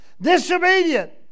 disobedient